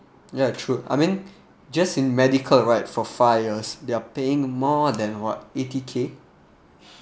ya true I mean just in medical right for five years they are paying more than what eighty k